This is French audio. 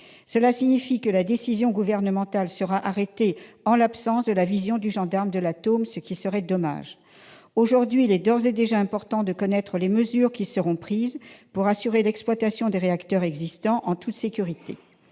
Cela signifie que la décision gouvernementale sera arrêtée en l'absence de la vision du gendarme de l'atome, ce qui serait dommage. Aujourd'hui, il est d'ores et déjà important de connaître les mesures qui seront prises pour assurer l'exploitation des réacteurs existants en toute sécurité.